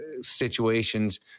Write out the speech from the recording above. situations